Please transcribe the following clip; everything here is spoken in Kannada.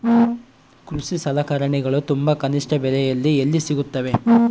ಕೃಷಿ ಸಲಕರಣಿಗಳು ತುಂಬಾ ಕನಿಷ್ಠ ಬೆಲೆಯಲ್ಲಿ ಎಲ್ಲಿ ಸಿಗುತ್ತವೆ?